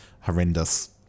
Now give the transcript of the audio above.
Horrendous